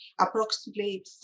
approximately